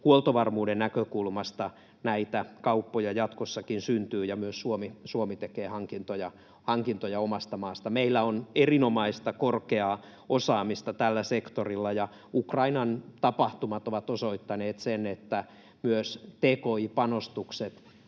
huoltovarmuuden näkökulmasta näitä kauppoja jatkossakin syntyy ja myös Suomi tekee hankintoja omasta maasta. Meillä on erinomaista, korkeaa osaamista tällä sektorilla, ja Ukrainan tapahtumat ovat osoittaneet sen, että myös tki-panostukset